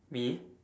me